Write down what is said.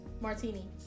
Martini